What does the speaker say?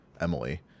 Emily